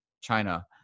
China